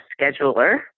scheduler